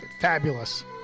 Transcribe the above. Fabulous